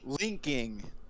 Linking